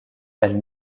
elle